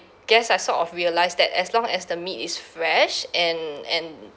guess I sort of realise that as long as the meat is fresh and and